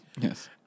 Yes